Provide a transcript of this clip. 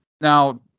Now